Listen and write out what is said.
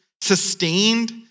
sustained